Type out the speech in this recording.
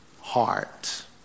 heart